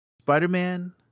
Spider-Man